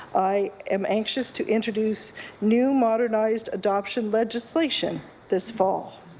i am anxious to introduce new modernized adoption legislation this fall.